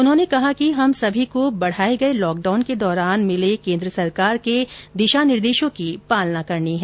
उनहोंने कहा कि हम सभी को बढाए गए लॉक डाउन के दौरान मिले केन्द्र सरकार के दिशा निर्देशों की पालना करनी है